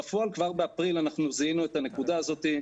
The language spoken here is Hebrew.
בפועל, כבר באפריל, אנחנו זיהינו את הנקודה הזאת.